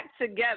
together